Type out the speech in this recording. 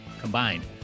combined